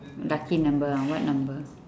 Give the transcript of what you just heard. lucky number ah what number